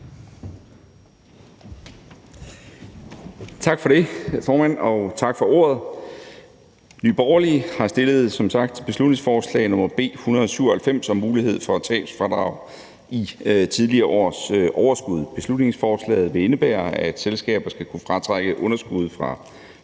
Tak for det, formand, og tak for ordet. Nye Borgerlige har som sagt fremsat beslutningsforslag nr. B 197 om mulighed for tabsfradrag i tidligere års overskud. Beslutningsforslaget vil indebære, at selskaber skal kunne fratrække underskud fra